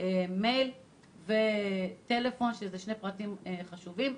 מייל וטלפון, שהם שני פרטים חשובים.